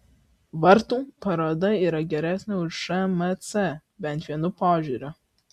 vartų paroda yra geresnė už šmc bent vienu požiūriu